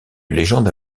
légende